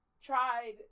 tried